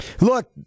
Look